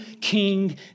king